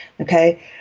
okay